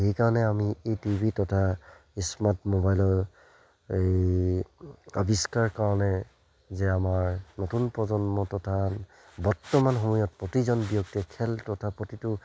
সেইকাৰণে আমি এই টি ভি তথা স্মাৰ্ট মোবাইলৰ এই আৱিষ্কাৰ কাৰণে যে আমাৰ নতুন প্ৰজন্ম তথা বৰ্তমান সময়ত প্ৰতিজন ব্যক্তিয়ে খেল তথা প্ৰতিটো